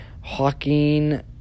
Hawking